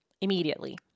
immediately